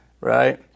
right